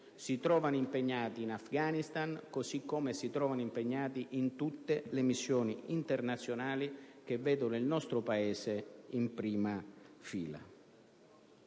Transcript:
si trovano impegnati in Afghanistan, così come in tutte le missioni internazionali che vedono il nostro Paese in prima fila.